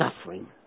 suffering